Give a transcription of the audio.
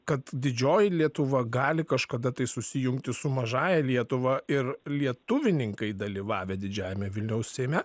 kad didžioji lietuva gali kažkada tai susijungti su mažąja lietuva ir lietuvininkai dalyvavę didžiajame vilniaus seime